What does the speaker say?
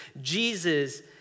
Jesus